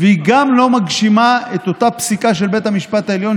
והיא גם לא מגשימה את אותה פסיקה של בית המשפט העליון